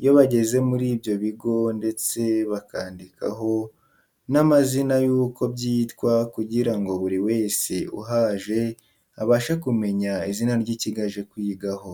iyo bageze muri ibyo bigo ndetse bakandikaho n'amazina yuko byitwa kugira ngo buri wese uhaje abashe kumenya izina ry'ikigo aje kwigaho.